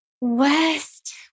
West